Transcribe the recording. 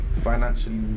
financially